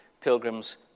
Pilgrim's